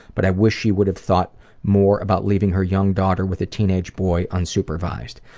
but i wish she would've thought more about leaving her young daughter with a teenage boy unsupervised.